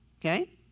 Okay